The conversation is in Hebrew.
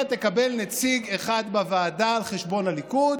תקבל נציג אחד בוועדה על חשבון הליכוד.